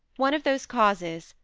one of those causes,